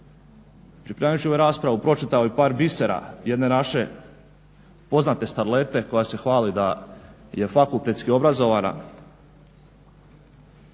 pripremajući ovu raspravu pročitao i par bisera jedne naše poznate starlete koja se hvali da je fakultetski obrazovana